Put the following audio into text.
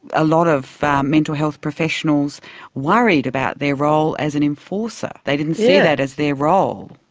a lot of mental health professionals worried about their role as an enforcer they didn't see that as their role.